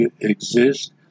exist